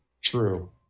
true